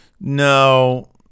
no